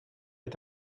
est